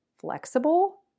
flexible